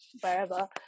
wherever